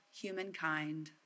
humankind